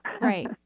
right